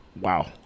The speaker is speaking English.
Wow